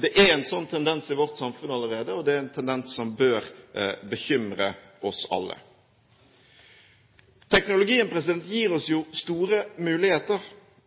Det er en sånn tendens i vårt samfunn allerede, og det er en tendens som bør bekymre oss alle. Teknologien gir oss store muligheter.